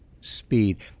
speed